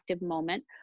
moment